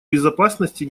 безопасности